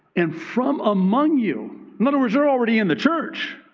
and from among you, in other words, they're already in the church.